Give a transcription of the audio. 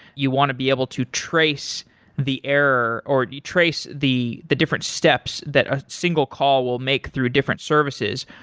you want to be able to trace the error or you trace the the different steps that a single call will make through different services,